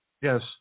yes